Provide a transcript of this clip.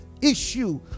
issue